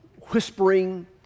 whispering